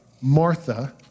Martha